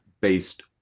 based